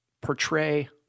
portray